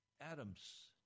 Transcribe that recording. Adam's